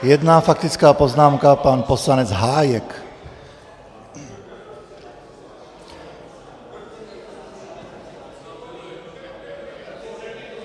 Jedna faktická poznámka, pan poslanec Hájek.